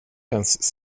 ens